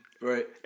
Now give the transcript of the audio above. right